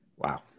Wow